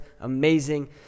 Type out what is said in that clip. Amazing